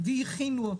והכינו אותה.